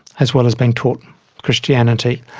as well as being taught christianity.